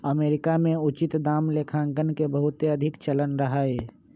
America में उचित दाम लेखांकन के बहुते अधिक चलन रहै